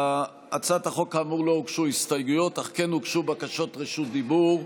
להצעת החוק כאמור לא הוגשו הסתייגות אך כן הוגשו בקשות רשות דיבור.